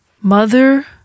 mother